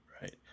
right